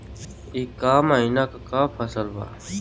ई क महिना क फसल बा?